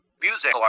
Music